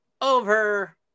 over